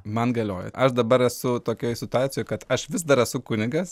man galioja aš dabar esu tokioj situacijoj kad aš vis dar esu kunigas